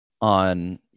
on